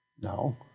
No